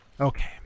Okay